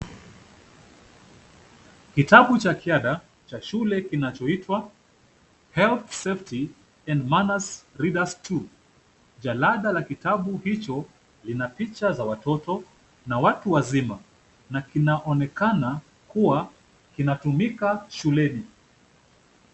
Kitabu cha kiada cha shule kinachoitwa Health, safety and manners readers 2 . Jalada la kitabu hicho lina picha za watoto na watu wazima na kinaonekana kuwa kinatumika shuleni.